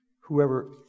whoever